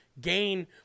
gain